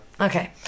Okay